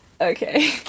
Okay